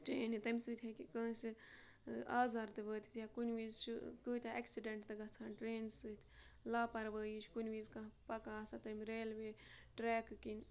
ٹرٛینہِ تمہِ سۭتۍ ہیٚکہِ کٲنٛسہِ آزار تہِ وٲتِتھ یا کُنہِ وِز چھُ کۭتیٛاہ اٮ۪کسِڈٮ۪نٛٹ تہٕ گژھان ٹرٛینہِ سۭتۍ لاپَروٲہی چھُ کُنہِ وِز کانٛہہ پَکان آسان تمہِ ریلوے ٹرٛیکہٕ کِنۍ